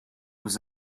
was